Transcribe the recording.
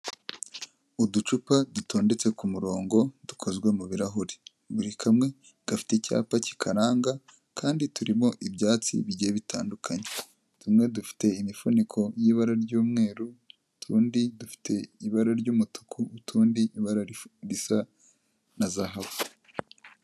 Uducupa dutondetse ku murongo dukozwe mu birarahuri. Buri kamwe gafite icyapa kikaranga kandi turimo ibyatsi bigiye bitandukanye, tumwe dufite imifuniko y'ibara ry'umweru, utundi dufite ibara ry'umutuku, utundi ibara risa na zahabu.